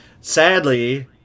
Sadly